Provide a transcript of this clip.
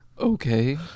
Okay